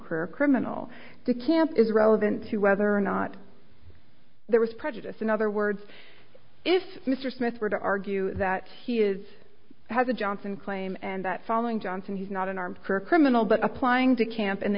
criminal the camp is relevant to whether or not there was prejudice in other words if mr smith were to argue that he is has a johnson claim and that following johnson he's not an armed career criminal but applying to camp in the